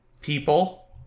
people